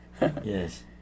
Yes